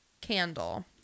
candle